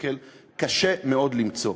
שקל ו-600,000 קשה מאוד למצוא.